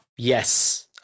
yes